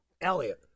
Elliot